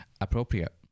appropriate